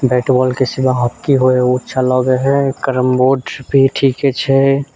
bat बॉलके सिवा hockey होय ओ अच्छा लगे हय कैरम बोर्ड भी ठीके छै